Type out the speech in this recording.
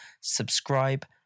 Subscribe